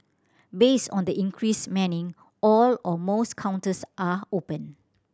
based on the increased manning all or most counters are open